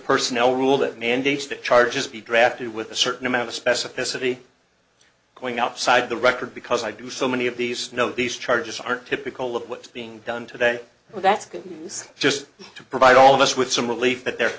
personnel rule that mandates that charges be drafted with a certain amount of specificity going outside the record because i do so many of these no these charges aren't typical of what's being done today so that's good news just to provide all of us with some relief that they're